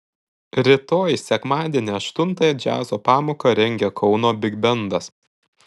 rytoj sekmadienį aštuntąją džiazo pamoką rengia kauno bigbendas